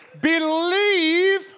Believe